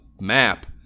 map